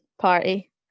party